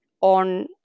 on